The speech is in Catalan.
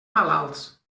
malalts